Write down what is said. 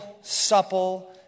supple